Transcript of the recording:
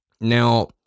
Now